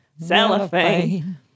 Cellophane